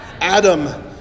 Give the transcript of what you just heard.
Adam